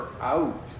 out